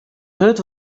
hurd